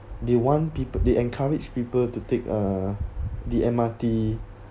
they want peop~ they encourage people to take uh the M_R_T